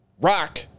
rock